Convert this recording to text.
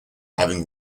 having